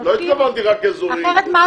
לא התכוונתי רק אזוריים.